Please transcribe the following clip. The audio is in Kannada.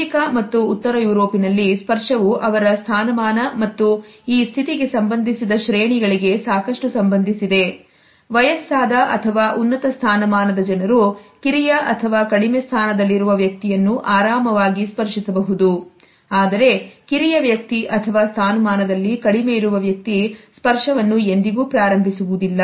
ಅಮೆರಿಕ ಮತ್ತು ಉತ್ತರ ಯುರೋಪಿನಲ್ಲಿ ಸ್ಪರ್ಶವು ಅವರ ಸ್ಥಾನಮಾನ ಮತ್ತು ಈ ಸ್ಥಿತಿಗೆ ಸಂಬಂಧಿಸಿದ ಶ್ರೇಣಿಗಳಿಗೆ ಸಾಕಷ್ಟು ಸಂಬಂಧಿಸಿದೆ ವಯಸ್ಸಾದ ಅಥವಾ ಉನ್ನತ ಸ್ಥಾನಮಾನದ ಜನರು ಕಿರಿಯ ಅಥವಾ ಕಡಿಮೆ ಸ್ಥಾನದಲ್ಲಿರುವ ವ್ಯಕ್ತಿಯನ್ನು ಆರಾಮವಾಗಿ ಸ್ಪರ್ಶಿಸಬಹುದು ಆದರೆ ಕಿರಿಯ ವ್ಯಕ್ತಿ ಅಥವಾ ಸ್ಥಾನಮಾನದಲ್ಲಿ ಕಡಿಮೆ ಇರುವ ವ್ಯಕ್ತಿ ಸ್ಪರ್ಶವನ್ನು ಎಂದಿಗೂ ಪ್ರಾರಂಭಿಸುವುದಿಲ್ಲ